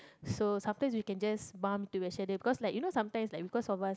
so sometimes we can just bump into each other because like you know sometimes like because of us